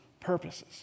purposes